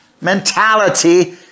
mentality